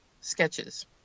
sketches